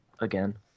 again